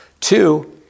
Two